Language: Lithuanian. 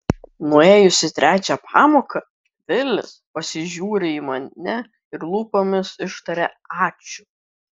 nuėjus į trečią pamoką vilis pasižiūri į mane ir lūpomis ištaria ačiū